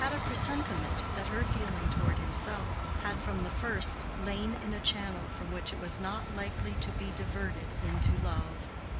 but he had a presentiment that her feeling toward himself had from the first lain in a channel from which it was not likely to be diverted into love.